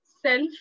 self